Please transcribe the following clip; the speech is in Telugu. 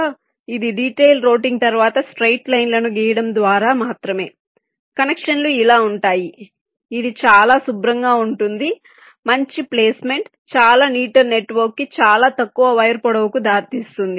కాబట్టి ఇది డీటైల్ రౌటింగ్ తర్వాత స్ట్రెయిట్ లైన్లను గీయడం ద్వారా మాత్రమే కనెక్షన్లు ఇలా ఉంటాయి ఇది చాలా శుభ్రంగా ఉంటుంది మంచి ప్లేస్మెంట్ చాలా నీటర్ నెట్వర్క్కు చాలా తక్కువ వైర్ పొడవు కు దారితీస్తుంది